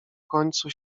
końcu